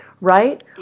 Right